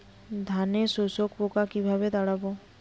ধানে শোষক পোকা কিভাবে তাড়াব?